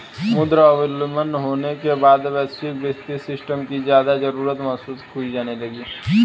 मुद्रा अवमूल्यन होने के बाद वैश्विक वित्तीय सिस्टम की ज्यादा जरूरत महसूस की जाने लगी